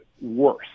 worse